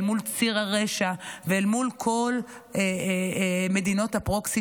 מול ציר הרשע ומול כל מדינות הפרוקסי